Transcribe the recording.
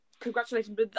congratulations